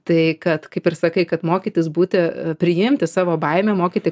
tai kad kaip ir sakai kad mokytis būti priimti savo baimę mokyti